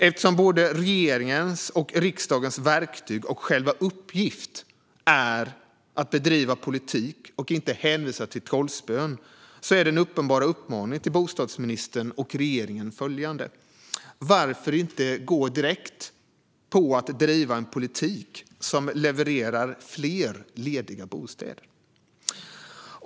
Eftersom både regeringens och riksdagens verktyg och själva uppgift är att bedriva politik och inte att hänvisa till trollspön är den uppenbara uppmaningen till bostadsministern och regeringen följande: Varför inte gå direkt på att driva en politik som levererar fler lediga bostäder?